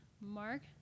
Mark